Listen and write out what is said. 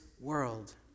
world